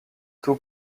tout